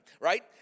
right